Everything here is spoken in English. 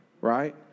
right